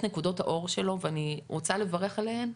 נקודות האור שלו ואני רוצה לברך עליהן,